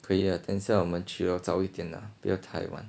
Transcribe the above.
可以啊等一下我们去咯早一点啊不要太晚